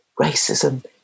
racism